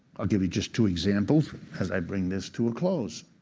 i'll give you just two examples as i bring this to a close.